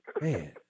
Man